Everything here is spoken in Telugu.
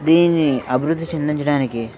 దీని అభివృద్ధి చెందించడానికి